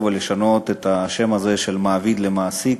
לשנות את השם הזה, מעביד, למעסיק,